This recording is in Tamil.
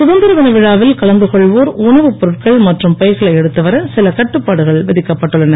சுதந்திரதின விழாவில் கலந்துகொள்வோர் உணவுப் பொருட்கள் மற்றும் பைகளை எடுத்துவர சில கட்டுப்பாடுகள் விதிக்கப்பட்டுள்ளன